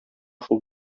шул